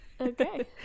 Okay